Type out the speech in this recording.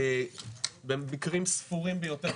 במקרים ספורים ביותר,